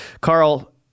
Carl